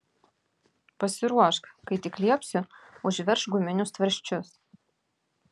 pasiruošk kai tik liepsiu užveržk guminius tvarsčius